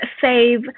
save